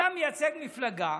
אתה מייצג מפלגה,